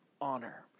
honor